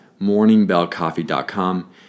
morningbellcoffee.com